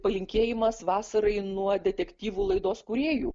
palinkėjimas vasarai nuo detektyvų laidos kūrėjų